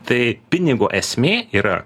tai pinigo esmė yra